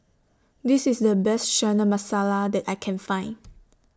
This IS The Best Chana Masala that I Can Find